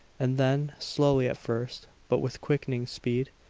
and then, slowly at first but with quickening speed,